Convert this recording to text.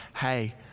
hey